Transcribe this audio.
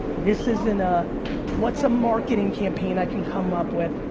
this isn't a what's a marketing campaign i can come up with,